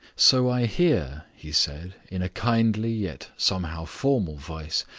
so i hear, he said, in a kindly yet somehow formal voice,